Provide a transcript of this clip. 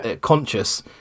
conscious